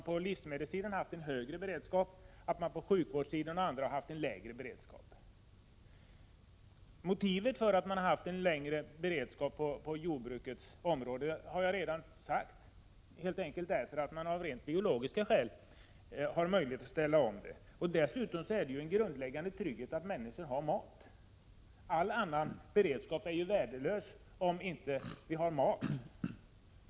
På livsmedelssidan har man haft en högre beredskap, och på bl.a. sjukvårdssidan har man haft en lägre beredskap. Motivet för en högre beredskap på jordbrukets område har jag redan nämnt. Det är helt enkelt av rent biologiska skäl, så att man skall ha möjlighet att ställa om jordbruket. Dessutom är det en grundläggande trygghet att människor har mat. All annan beredskap är värdelös om vi inte har mat.